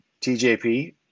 TJP